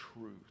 truth